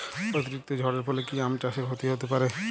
অতিরিক্ত ঝড়ের ফলে কি আম চাষে ক্ষতি হতে পারে?